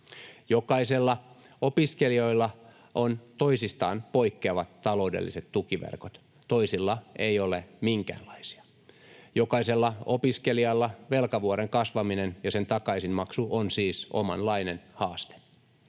Jokaisella opiskelijalla on toisistaan poikkeavat taloudelliset tukiverkot, toisilla ei ole minkäänlaisia. Jokaisella opiskelijalla velkavuoren kasvaminen ja sen takaisinmaksu on siis omanlaisensa haaste.